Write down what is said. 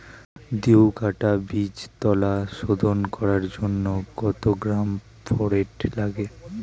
দু কাটা বীজতলা শোধন করার জন্য কত গ্রাম ফোরেট লাগে?